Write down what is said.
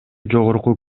жогорку